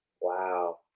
wow